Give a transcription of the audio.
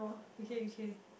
okay okay